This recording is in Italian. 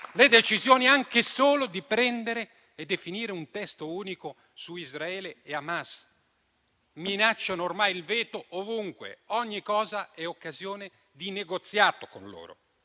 la decisione di prendere e definire un testo unico su Israele e Hamas. Minacciano ormai il veto ovunque e ogni cosa è occasione di negoziato con loro.